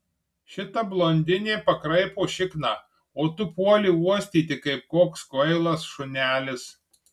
šita blondinė pakraipo šikną o tu puoli uostyti kaip koks kvailas šunelis